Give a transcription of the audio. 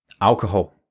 alcohol